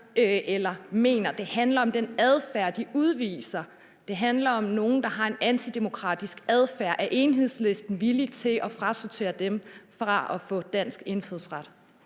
eller mener. Det handler om den adfærd, de udviser. Det handler om nogle, der har en antidemokratisk adfærd. Er Enhedslisten villig til at frasortere dem fra at få dansk indfødsret?